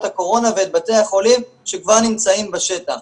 הקורונה ואת בתי החולים שכבר נמצאים בשטח.